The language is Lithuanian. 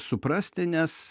suprasti nes